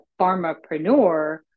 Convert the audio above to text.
pharmapreneur